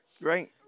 Right